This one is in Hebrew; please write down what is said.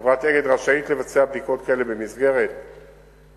חברת "אגד" רשאית לבצע בדיקות כאלה במסגרת הארגונית,